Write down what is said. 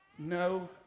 No